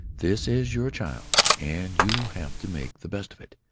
this is your child, and you'll have to make the best of it.